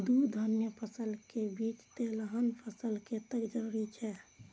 दू धान्य फसल के बीच तेलहन फसल कतेक जरूरी छे?